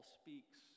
speaks